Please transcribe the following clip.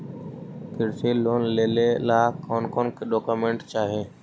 कृषि लोन लेने ला कोन कोन डोकोमेंट चाही?